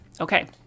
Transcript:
okay